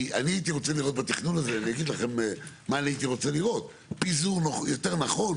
כי הייתי רוצה לראות בתכנון הזה פיזור יותר נכון